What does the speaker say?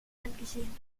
angesehen